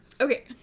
Okay